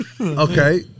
Okay